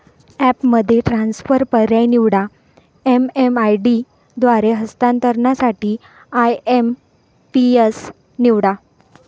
ॲपमध्ये ट्रान्सफर पर्याय निवडा, एम.एम.आय.डी द्वारे हस्तांतरणासाठी आय.एम.पी.एस निवडा